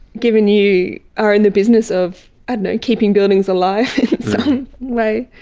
given you are in the business of ah keeping buildings alive in some way,